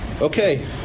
Okay